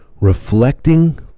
reflecting